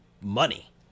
money